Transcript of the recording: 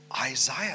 Isaiah